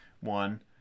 one